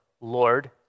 Lord